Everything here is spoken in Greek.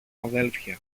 αδέλφια